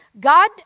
God